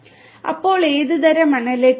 അപ്പോൾ ഏത് തരം അനലിറ്റിക്സ്